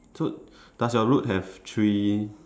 so does your roof have three